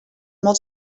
molt